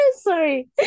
sorry